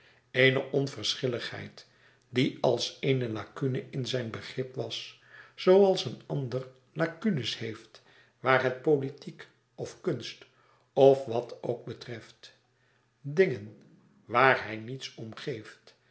eene onverschilligheid die als eene lacune in zijn begrip was zooals een ander lacunes heeft waar het politiek of kunst of wàt ook betreft dingen waar hij niets